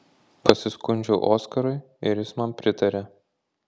pasiskundžiau oskarui ir jis man pritarė